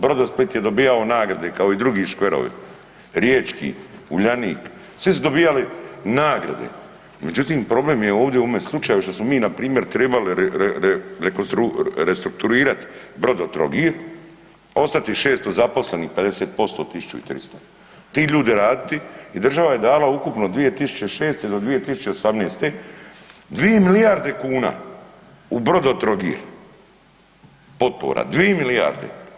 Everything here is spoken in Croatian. Brodosplit je dobijao nagrade kao i drugi škerovi, riječki Uljanik svi su dobijali nagrade, međutim problem je ovdje u ovome slučaju što smo npr. treba restrukturirat Brodotrogir, ostavit tih 600 zaposlenih 50% od 1300, ti ljudi raditi i država je dala ukupno od 2006. do 2018. 2 milijarde kuna u Brodotrogir, potpora, 2 milijarde.